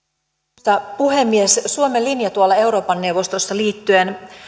arvoisa puhemies suomen linja tuolla euroopan neuvostossa liittyen